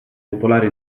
popolare